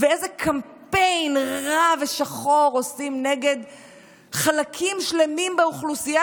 ואיזה קמפיין רע ושחור עושים נגד חלקים שלמים באוכלוסייה,